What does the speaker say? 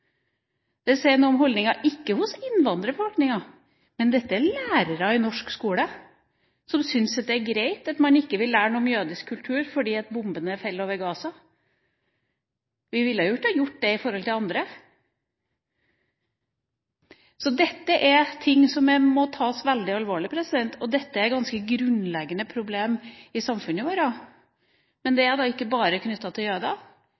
Det sier noe om holdninger – ikke hos innvandrerbefolkninga. Dette er lærere i norsk skole som syns det er greit at man ikke vil lære om jødisk kultur når bombene faller over Gaza. Vi ville ikke ha gjort det overfor andre. Dette er ting som må tas veldig alvorlig. Dette er et ganske grunnleggende problem i samfunnet vårt. Det er ikke bare knyttet til